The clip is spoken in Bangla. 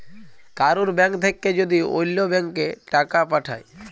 কারুর ব্যাঙ্ক থাক্যে যদি ওল্য ব্যাংকে টাকা পাঠায়